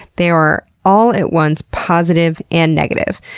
they are all at once positive and negative.